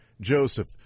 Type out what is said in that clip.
Joseph